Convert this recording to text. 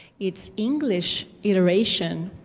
its english iteration,